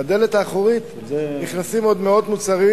בדלת האחורית נכנסים עוד מאות מוצרים